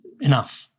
enough